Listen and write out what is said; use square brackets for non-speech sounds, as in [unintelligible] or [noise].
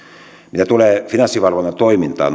mitä tulee finanssivalvonnan toimintaan [unintelligible]